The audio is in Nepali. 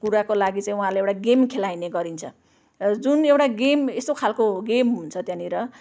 कुराको लागि चाहिँ उहाँहरूलाई एउटा गेम खेलाइने गरिन्छ र जुन एउटा गेम यस्तो खालको गेम हुन्छ त्यहाँनिर